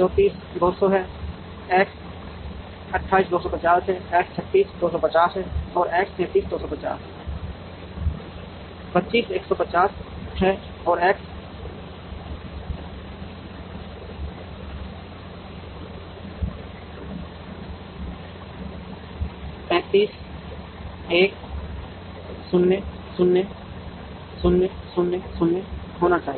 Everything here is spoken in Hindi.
3 4 200 है एक्स 2 8 250 है एक्स 3 6 250 है और एक्स 3 7 250 है 2 5 150 है और एक्स 3 5 100000 होना चाहिए